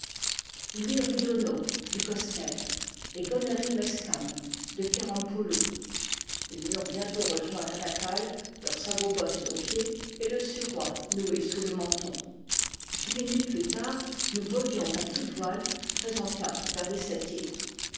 rudono du cosquer et gonéry mezcam de kerampoullou ils m'eu rent bientôt rejoint à la cale leurs sabots bottes aux pieds et le suroît noué sous le menton dix minutes plus tard nous voguions à toutes voiles faisant cap vers les